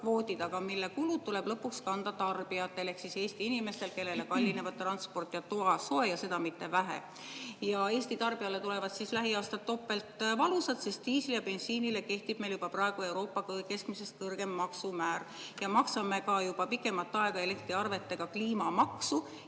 kvoodid, mille kulud tuleb lõpuks kanda tarbijatel ehk Eesti inimestel, kellele kallinevad transport ja toasoe, ja seda mitte vähe. Ja Eesti tarbijale tulevad lähiaastad topeltvalusad, sest diislile ja bensiinile kehtib meil juba praegu Euroopa keskmisest kõrgem maksumäär, ja maksame ka juba pikemat aega elektriarvetega kliimamaksu,